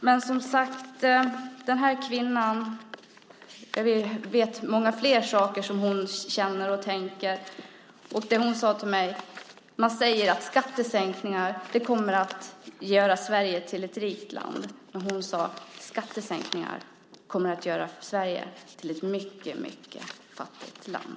För att återgå till kvinnan som jag tidigare nämnde, vet jag mycket mer som hon känner och tänker. Hon sade till mig: Man säger att skattesänkningar kommer att göra Sverige till ett rikt land. Men skattesänkningar kommer att göra Sverige till ett mycket, mycket fattigt land.